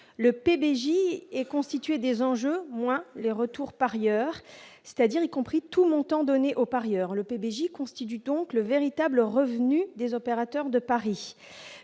le PDJ est constitué des enjeux moins le retour parieurs, c'est-à-dire y compris tout montant donné aux parieurs, le PDJ constitue donc le véritable revenu des opérateurs de paris